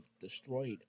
destroyed